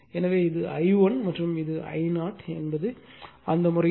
எனவே இது I1 மற்றும் இது I0 என்பது அந்த முறையில் I1 I0 I2